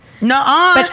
No